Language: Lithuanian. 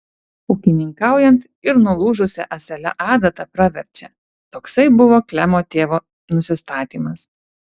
ūkininkaujant ir nulūžusia ąsele adata praverčia toksai buvo klemo tėvo nusistatymas